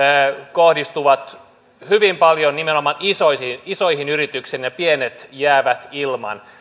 kohdistuvat hyvin paljon nimenomaan isoihin isoihin yrityksiin ja pienet jäävät ilman